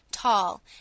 tall